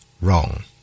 wrong